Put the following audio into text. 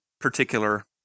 particular